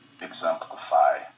exemplify